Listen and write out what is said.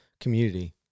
community